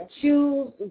shoes